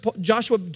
Joshua